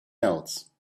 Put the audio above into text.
else